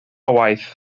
waith